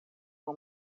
uma